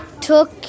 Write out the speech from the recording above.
took